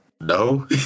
No